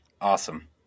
Awesome